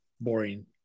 boring